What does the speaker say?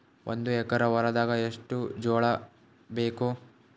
ಒಂದು ಎಕರ ಹೊಲದಾಗ ಎಷ್ಟು ಜೋಳಾಬೇಕು?